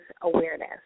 awareness